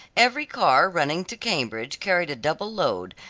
every car running to cambridge carried a double load,